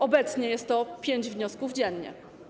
Obecnie jest to pięć wniosków dziennie.